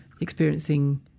experiencing